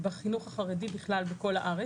בחינוך החרדי בכלל בכל הארץ.